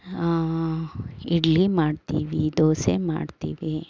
ಇಡ್ಲಿ ಮಾಡ್ತೀವಿ ದೋಸೆ ಮಾಡ್ತೀವಿ